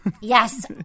Yes